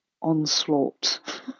onslaught